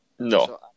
No